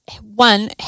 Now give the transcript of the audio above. one